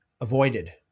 avoided